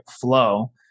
flow